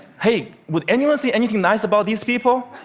hey, would anyone say anything nice about these people?